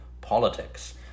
politics